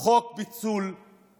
את חוק פיצול מפלגות.